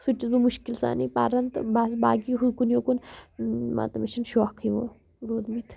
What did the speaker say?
سُہ تہِ چھس بہٕ مُشکل سانٕے پَران تہٕ بَس باقٕے ہوٗکُن یوٗکُن مطلب مےٚ چھِنہٕ شوقٕے وٕ روٗدمٕتۍ